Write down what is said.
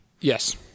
Yes